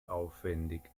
aufwendig